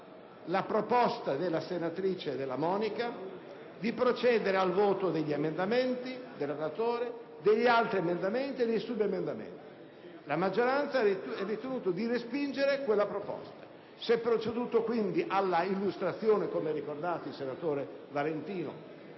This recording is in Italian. La maggioranza ha ritenuto di respingere quella proposta; si è proceduto quindi all'illustrazione, come ha ricordato il senatore Valentino,